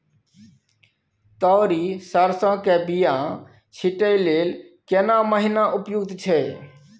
तोरी, सरसो के बीया छींटै लेल केना महीना उपयुक्त छै?